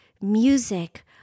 music